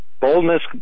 Boldness